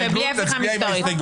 ובלי הפיכה משטרית.